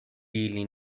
really